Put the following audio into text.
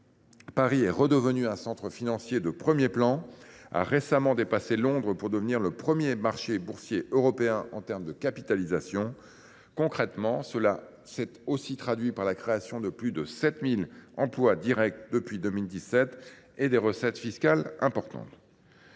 Paris est redevenu un centre financier de premier plan et a récemment dépassé Londres pour devenir le premier marché boursier européen en matière de capitalisation. Concrètement, cela s’est traduit par la création de plus de 7 000 emplois directs depuis 2017, ainsi que par des recettes fiscales importantes.